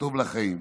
טוב לחיים.